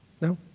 No